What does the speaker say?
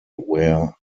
where